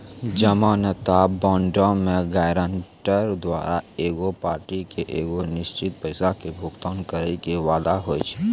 जमानत बांडो मे गायरंटर द्वारा एगो पार्टी के एगो निश्चित पैसा के भुगतान करै के वादा होय छै